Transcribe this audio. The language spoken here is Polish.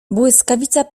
błyskawica